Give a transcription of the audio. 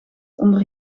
onder